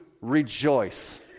rejoice